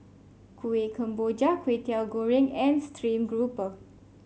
Kuih Kemboja Kway Teow Goreng and stream grouper